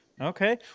Okay